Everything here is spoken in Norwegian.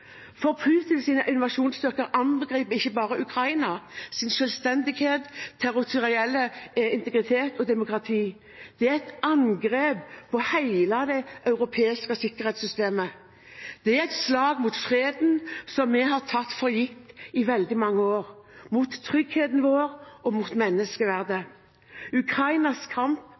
invasjonsstyrker angriper ikke bare Ukrainas selvstendighet, landets territorielle integritet og deres demokrati; det er også et angrep på hele det europeiske sikkerhetssystemet. Det er et slag mot freden som vi har tatt for gitt i veldig mange år, og et slag mot tryggheten vår og menneskeverdet. Ukrainas kamp